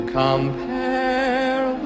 compare